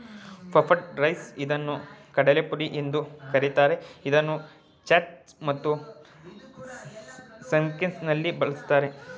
puffed rice ಇದನ್ನು ಕಡಲೆಪುರಿ ಎಂದು ಕರಿತಾರೆ, ಇದನ್ನು ಚಾಟ್ಸ್ ಮತ್ತು ಸ್ನಾಕ್ಸಗಳಲ್ಲಿ ಬಳ್ಸತ್ತರೆ